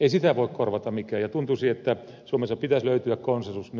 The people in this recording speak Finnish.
ei sitä voi korvata mikään ja tuntuisi että suomessa pitäisi löytyä konsensus